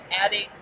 adding